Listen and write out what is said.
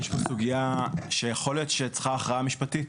יש פה סוגייה שיכול להיות שצריכה הכרעה משפטית,